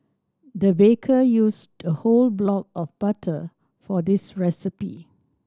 the baker used a whole block of butter for this recipe